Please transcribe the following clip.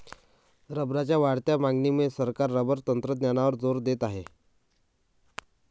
रबरच्या वाढत्या मागणीमुळे सरकार रबर तंत्रज्ञानावर जोर देत आहे